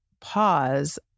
pause